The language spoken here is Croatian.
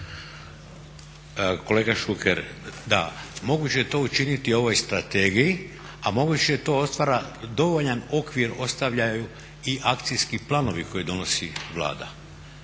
Kolega Šuker, da moguće je to učiniti u ovoj strategiji, a moguće da to otvara i dovoljan okvir ostavljaju i akcijski planovi koje donosi Vlada.